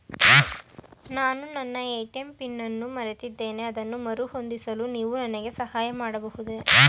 ನಾನು ನನ್ನ ATM PIN ಅನ್ನು ಮರೆತಿದ್ದೇನೆ ಅದನ್ನು ಮರುಹೊಂದಿಸಲು ನೀವು ನನಗೆ ಸಹಾಯ ಮಾಡಬಹುದೇ?